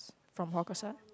from hawkers ah